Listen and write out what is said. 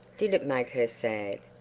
did it make her sad?